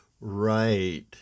Right